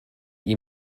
you